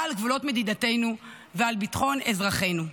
על גבולות מדינתנו ועל ביטחון אזרחינו.